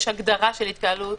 יש הגדרה של התקהלות